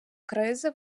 кризи